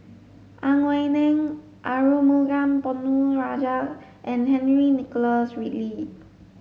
Ang Wei Neng Arumugam Ponnu Rajah and Henry Nicholas Ridley